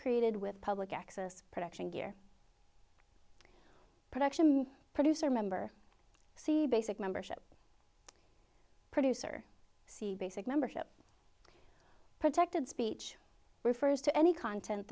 created with public access production gear production producer member c basic membership producer c basic membership protected speech refers to any content